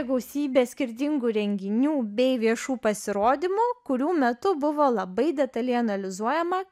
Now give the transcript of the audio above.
gausybę skirtingų renginių bei viešų pasirodymų kurių metu buvo labai detaliai analizuojama